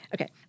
Okay